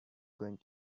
going